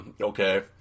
okay